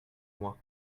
moi